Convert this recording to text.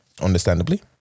understandably